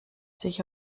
sich